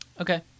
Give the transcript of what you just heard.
Okay